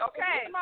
Okay